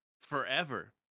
forever